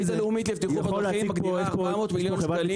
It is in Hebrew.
התכנית הלאומית לבטיחות בדרכים מגדירה 400 מיליון ₪.